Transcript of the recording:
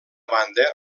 banda